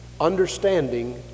understanding